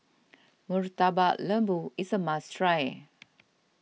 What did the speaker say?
Murtabak Lembu is a must try